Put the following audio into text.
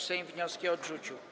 Sejm wnioski odrzucił.